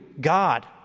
God